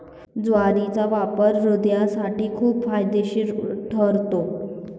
ज्वारीचा वापर हृदयासाठी खूप फायदेशीर ठरतो